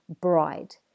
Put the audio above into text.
bride